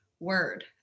word